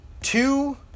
Two